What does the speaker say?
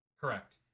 Correct